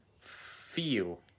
feel